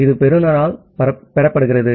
இது பெறுநரால் பெறப்படுகிறது